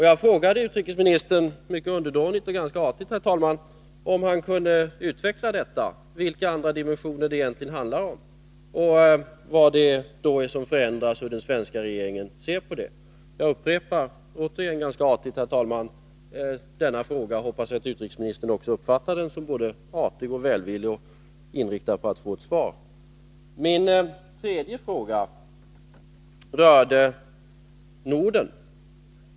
Jag frågade utrikesministern mycket underdånigt och ganska artigt, herr talman, om han kunde utveckla detta — vilka andra dimensioner det egentligen handlar om och vad det är som då förändras samt hur den svenska regeringen ser på saken. Jag upprepar återigen ganska artigt, herr talman, denna fråga. Jag hoppas att också utrikesministern uppfattar frågan som både artig och välvillig. Jag hoppas att utrikesministern förstår att jag är inriktad på att få ett svar. Min tredje fråga rörde Norden.